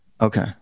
Okay